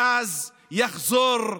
ואז יחזור,